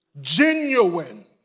genuine